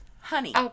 honey